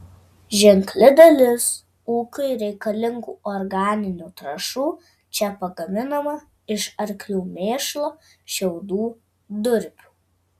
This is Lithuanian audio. ženkli dalis ūkiui reikalingų organinių trąšų čia pagaminama iš arklių mėšlo šiaudų durpių